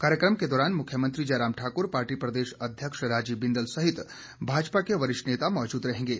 कार्यकम के दौरान मुख्यमंत्री जयराम ठाक्र पार्टी प्रदेश अध्यक्ष राजीव बिंदल सहित भाजपा के वरिष्ठ नेता मौजूद रहेंगे